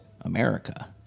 America